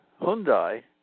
Hyundai